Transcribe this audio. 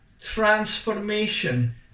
transformation